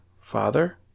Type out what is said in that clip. father